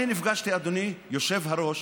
אדוני היושב-ראש,